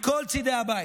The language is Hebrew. מכל צידי הבית,